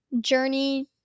journey